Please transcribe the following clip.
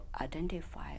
identify